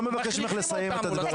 אני לא מבקש ממך לסיים את הדברים.